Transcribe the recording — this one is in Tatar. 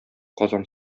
казан